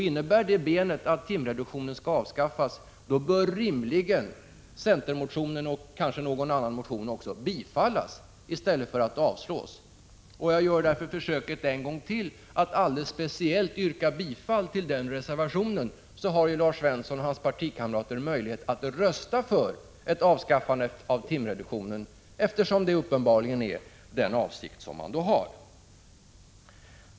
Innebär det benet att timreduktionen skall avskaffas, bör rimligen centerreservationen, och kanske också någon annan, bifallas i stället för att avslås. Jag gör därför försöket en gång till att alldeles speciellt yrka bifall till den reservationen. Då har ju Lars Svensson och hans partikamrater möjlighet att rösta för ett avskaffande av timreduktionen, eftersom detta då uppenbarligen är den avsikt de har.